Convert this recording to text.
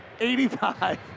85